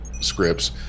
scripts